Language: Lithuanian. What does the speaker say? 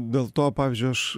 dėl to pavyzdžiui aš